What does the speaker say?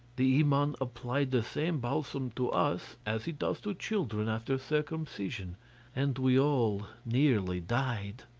the iman applied the same balsam to us, as he does to children after circumcision and we all nearly died.